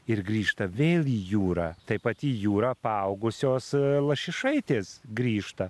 ir grįžta vėl į jūrą taip pat į jūrą paaugusios lašišaitės grįžta